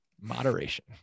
Moderation